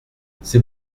c’est